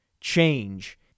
change